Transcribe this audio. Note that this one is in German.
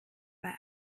bei